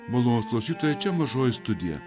mados klausytojai čia mažoji studija